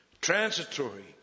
transitory